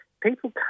people